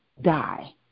die